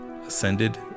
ascended